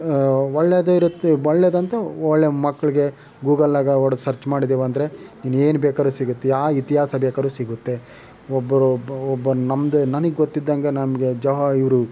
ಒಳ್ಳೆದೇ ಇರುತ್ತೆ ಒಳ್ಳೆದೆಂದ್ರೆ ಒಳ್ಳೆ ಮಕ್ಕಳಿಗೆ ಗೂಗಲ್ದಾಗ ಹೊಡೆದು ಸರ್ಚ್ ಮಾಡಿದ್ದೇವು ಅಂದರೆ ಏನು ಬೇಕಾರು ಸಿಗುತ್ತೆ ಯಾವ ಇತಿಹಾಸ ಬೇಕಾರು ಸಿಗುತ್ತೆ ಒಬ್ರು ಒಬ್ಬ ಒಬ್ಬ ನಮ್ದು ನನಗೆ ಗೊತ್ತಿದ್ದಂಗ ನನಗೆ ಜಹ ಇವರು